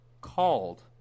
called